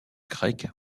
grecque